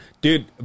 Dude